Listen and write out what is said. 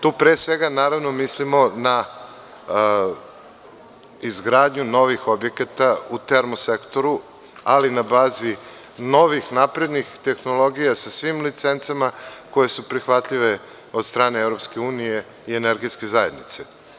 Tu, pre svega, naravno, mislimo na izgradnju novih objekata u termosektoru, ali na bazi novih naprednih tehnologija sa svim licencama koje su prihvatljive od strane EU i energetske zajednice.